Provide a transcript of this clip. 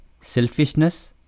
selfishness